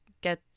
get